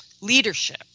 leadership